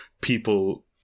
people